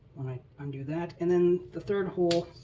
when i undo that. and then the third hole,